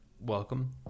welcome